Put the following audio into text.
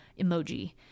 emoji